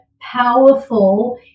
powerful